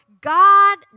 God